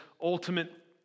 ultimate